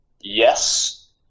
yes